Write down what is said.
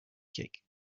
kick